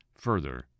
further